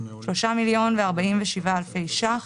3.047 מיליון שקלים.